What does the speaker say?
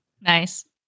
Nice